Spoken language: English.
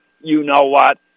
you-know-what